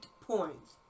points